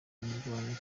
kubirwanya